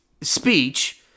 speech